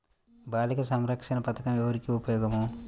బాలిక సంరక్షణ పథకం ఎవరికి ఉపయోగము?